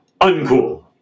Uncool